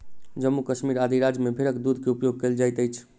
जम्मू कश्मीर आदि राज्य में भेड़क दूध के उपयोग कयल जाइत अछि